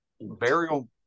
burial